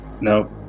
Nope